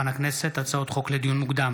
הצעות חוק לדיון מוקדם,